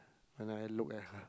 when I look at her